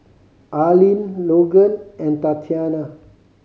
Arlene Logan and Tatiana